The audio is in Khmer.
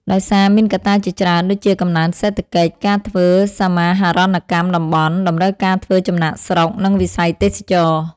ដោយសារមានកត្តាជាច្រើនដូចជា កំណើនសេដ្ឋកិច្ច ការធ្វើសមាហរណកម្មតំបន់ តម្រូវការធ្វើចំណាកស្រុក និងវិស័យទេសចរណ៍។